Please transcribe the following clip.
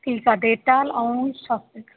ठीकु आहे डेटॉल ऐं सर्फ